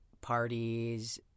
parties